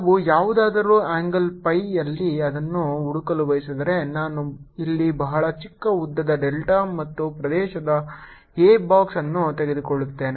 ನಾನು ಯಾವುದಾದರೂ angle phi ಯಲ್ಲಿ ಅದನ್ನು ಹುಡುಕಲು ಬಯಸಿದರೆ ನಾನು ಇಲ್ಲಿ ಬಹಳ ಚಿಕ್ಕ ಉದ್ದದ ಡೆಲ್ಟಾ ಮತ್ತು ಪ್ರದೇಶದ a ಬಾಕ್ಸ್ ಅನ್ನು ತೆಗೆದುಕೊಳ್ಳುತ್ತೇನೆ